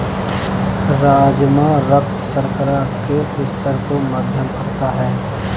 राजमा रक्त शर्करा के स्तर को मध्यम करता है